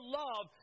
love